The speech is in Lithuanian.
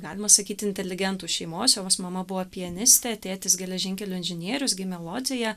galima sakyt inteligentų šeimos jos mama buvo pianistė tėtis geležinkelio inžinierius gimė lodzėje